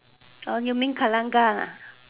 oh you mean galangal ah